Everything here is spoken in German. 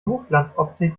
hochglanzoptik